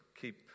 keep